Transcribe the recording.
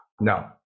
No